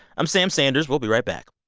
i'm sam sanders. we'll be right back